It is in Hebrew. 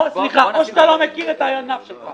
או שאתה לא מכיר את הענף שלך.